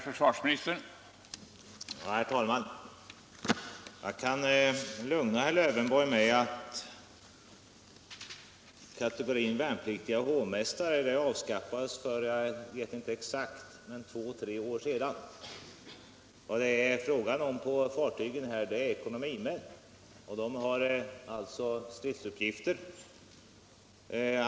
Herr talman! Jag kan lugna herr Lövenborg med att kategorin värnpliktiga hovmästare har avskaffats — jag vet inte exakt när, men det är mellan två och tre år sedan. Vad det är fråga om på fartygen är ekonomimän, och de har stridsuppgifter.